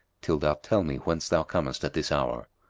till thou tell me whence thou comest at this hour.